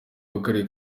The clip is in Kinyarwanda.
w’akarere